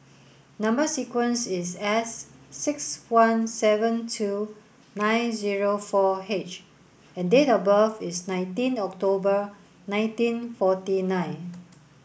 number sequence is S six one seven two nine zero four H and date of birth is nineteen October nineteen forty nine